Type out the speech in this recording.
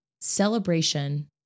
Celebration